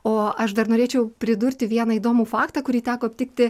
o aš dar norėčiau pridurti vieną įdomų faktą kurį teko aptikti